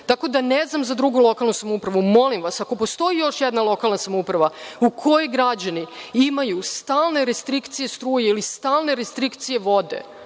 Tako da ne znam za drugu lokalnu samoupravu. Molim vas, ako postoji još neka lokalna samouprava u kojoj građani imaju stalne restrikcije struje ili stalne restrikcije vode,